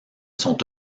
sont